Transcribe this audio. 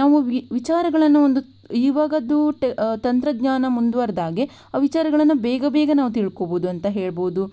ನಾವು ವಿ ವಿಚಾರಗಳನ್ನು ಒಂದು ಈವಾಗದ್ದು ಟೆ ತಂತ್ರಜ್ಞಾನ ಮುಂದುವರೆದ ಹಾಗೆ ವಿಚಾರಗಳನ್ನು ಬೇಗ ಬೇಗ ನಾವು ತಿಳ್ಕೊಬಹುದು ಅಂತ ಹೇಳಬಹುದು